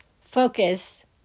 focus